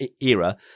era